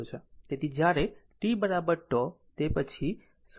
તેથી જ્યારે t τ તે પછી 0